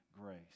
grace